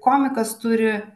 komikas turi